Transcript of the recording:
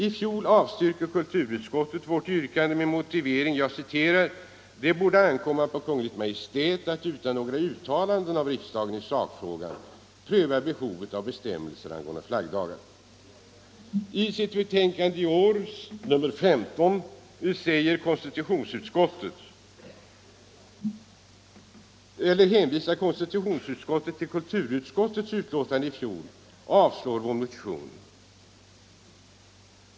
I fjol avstyrkte kulturutskottet vårt yrkande med motiveringen: ”Det borde ankomma på Kungl. Maj:t att — utan några uttalanden av riksdagen i sakfrågan — pröva behovet av bestämmelser angående flaggdagar.” I sitt betänkande nr 15 i år hänvisar konstitutionsutskottet till kulturutskottets betänkande i fjol och avstyrker vår motion.